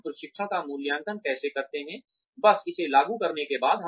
हम प्रशिक्षण का मूल्यांकन कैसे करते हैं बस इसे लागू करने के बाद